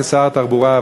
כשר התחבורה,